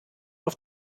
auf